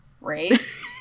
right